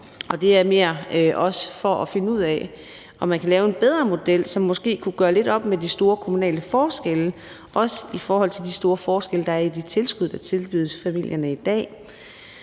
Det er mere også for at finde ud af, om man kan lave en bedre model, som måske kunne gøre lidt op med de store kommunale forskelle – også i forhold til de store forskelle, der er i de tilskud, der tilbydes familierne i dag.